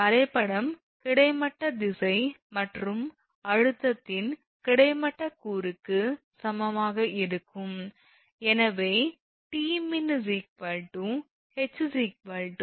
வரைபடம் கிடைமட்ட திசை மற்றும் அழுத்தத்தின் கிடைமட்ட கூறுக்கு சமமாக இருக்கும் எனவே 𝑇𝑚𝑖𝑛 𝐻 𝑊𝑐